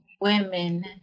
women